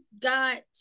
got